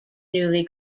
newly